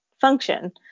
function